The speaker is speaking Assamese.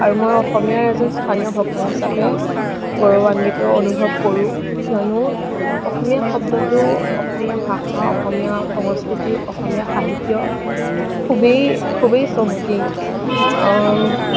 আৰু মই অসমীয়াৰ এজন স্থানীয় বক্তা হিচাপে গৌৰৱান্বিত অনুভৱ কৰোঁ কিয়নো অসমীয়া শব্দটো অসমীয়া ভাষা অসমীয়া সংস্কৃতি অসমীয়া সাহিত্য খুবেই খুবেই চহকী